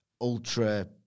ultra